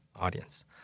audience